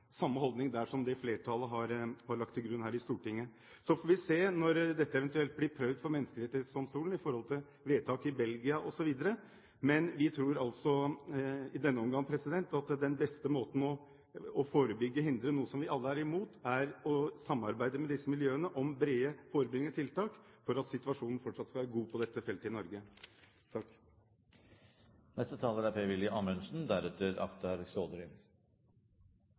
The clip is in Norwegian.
samme holdning der som det flertallet har lagt til grunn her i Stortinget. Så får vi se når dette vedtaket i Belgia eventuelt blir prøvd for Menneskerettighetsdomstolen. Men vi tror altså at den beste måten i denne omgang å forebygge og hindre noe vi alle er imot, på, er å samarbeide med disse miljøene om brede, forebyggende tiltak for at situasjonen fortsatt skal være god på dette feltet i Norge.